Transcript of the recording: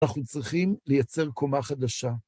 אנחנו צריכים לייצר קומה חדשה.